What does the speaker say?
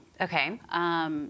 Okay